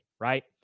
Right